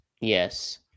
Yes